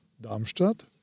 Darmstadt